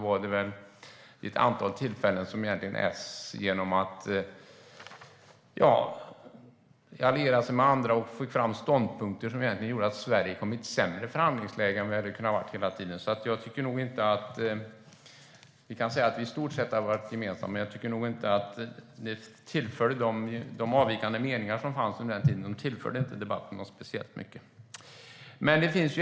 Vid ett antal tillfällen allierade sig Socialdemokraterna med andra och fick fram ståndpunkter som gjorde att Sverige egentligen hamnade i ett sämre förhandlingsläge än man kunde ha varit. Vi kan säga att vi i stort sett har haft en samsyn. Men de avvikande meningar som framfördes under den tiden tillförde inte debatten speciellt mycket.